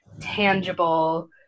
tangible